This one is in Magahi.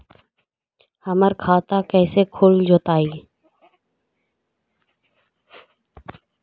हमर खाता कैसे खुल जोताई?